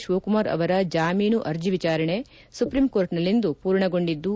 ಶಿವಕುಮಾರ್ ಅವರ ಜಾಮೀನು ಅರ್ಜೆ ವಿಚಾರಣೆ ಸುಪ್ರೀಂಕೋರ್ಟ್ನಲ್ಲಿಂದು ಪೂರ್ಣಗೊಂಡಿದ್ದು